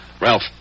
Ralph